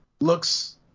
looks